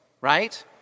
right